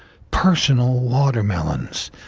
personal watermelons.